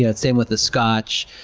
yeah same with a scotch.